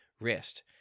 wrist